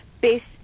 based